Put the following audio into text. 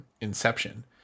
Inception